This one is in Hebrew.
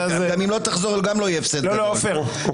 אם לא תחזור, גם יהיה בסדר.